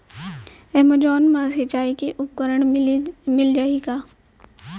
Amazon मा सिंचाई के उपकरण मिलिस जाही का?